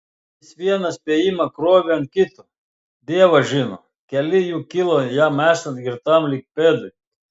jis vieną spėjimą krovė ant kito dievas žino keli jų kilo jam esant girtam lyg pėdui